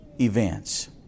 events